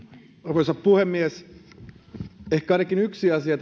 arvoisa puhemies ehkä tässä salissa ainakin yksi asia